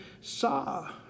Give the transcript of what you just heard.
saw